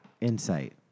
insight